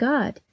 God